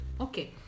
okay